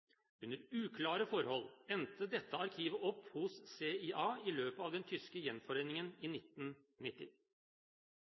Under uklare forhold endte dette arkivet opp hos CIA i løpet av den tyske gjenforeningen i